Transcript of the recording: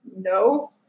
No